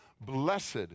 blessed